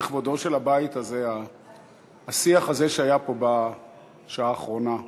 לכבודו של הבית הזה השיח הזה שהיה פה בשעה האחרונה.